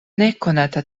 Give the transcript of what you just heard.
nekonata